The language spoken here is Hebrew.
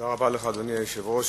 אדוני היושב-ראש,